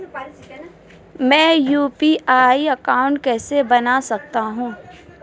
मैं UPI account कैसे बना सकता हूं?